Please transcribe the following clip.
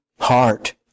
heart